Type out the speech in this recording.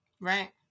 Right